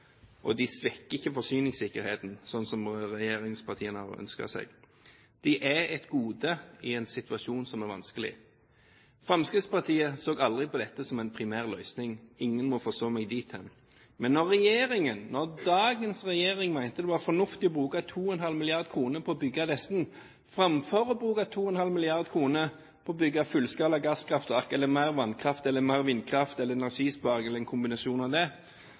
og de svekker ikke forsyningssikkerheten, sånn som regjeringspartiene hadde ønsket seg. De er et gode i en situasjon som er vanskelig. Fremskrittspartiet så aldri på dette som en primærløsning. Ingen må forstå meg dit hen. Men når regjeringen, når dagens regjering, mente det var fornuftig å bruke 2,5 mrd. kr på å bygge disse framfor å bruke 2,5 mrd. kr på å bygge fullskala gasskraftverk eller mer vannkraft eller mer vindkraft eller energisparing, eller en kombinasjon av det,